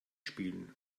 spielen